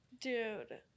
dude